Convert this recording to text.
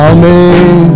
Amen